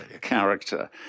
character